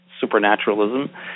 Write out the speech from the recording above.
supernaturalism